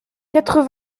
quatre